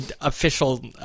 official